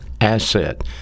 asset